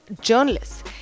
journalists